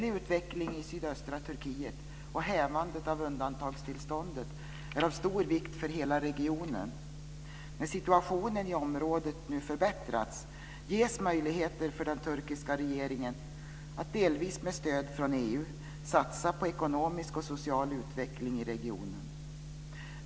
När situationen i området nu förbättrats ges möjligheter för den turkiska regeringen att, delvis med stöd från EU, satsa på ekonomisk och social utveckling i regionen.